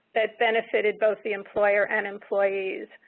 that benefited both the employer and employees,